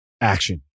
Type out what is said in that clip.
action